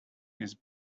his